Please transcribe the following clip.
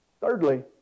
Thirdly